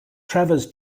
travers